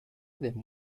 them